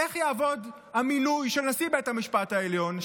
איך יעבוד המינוי של נשיא בית המשפט העליון?